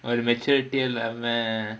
ஒரு:oru maturity eh இல்லாம:illaama